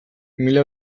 mila